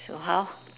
so how